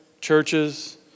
churches